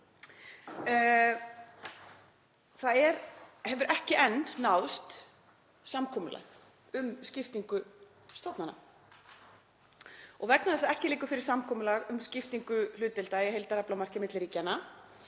Það hefur ekki enn náðst samkomulag um skiptingu stofnanna og vegna þess að ekki liggur fyrir samkomulag um skiptingu hlutdeildar í heildaraflamarki milli ríkjanna